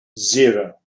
zero